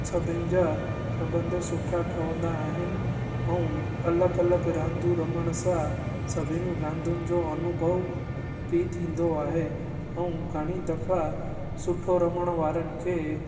सभिनी जा सबंध सुठा ठहंदा आहिनि ऐं अलॻि अलॻि रांदू रमण सां सभिनी रांदुनि जो अनुभव बि थींदो आहे ऐं घणी दफ़ा सुठो रमण वारनि खे